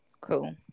cool